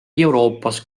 euroopas